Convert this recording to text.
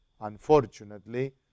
unfortunately